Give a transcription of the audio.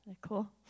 cool